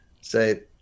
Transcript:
say